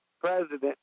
president